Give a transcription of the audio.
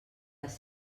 les